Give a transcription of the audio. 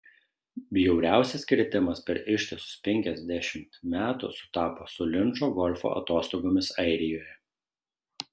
bjauriausias kritimas per ištisus penkiasdešimt metų sutapo su linčo golfo atostogomis airijoje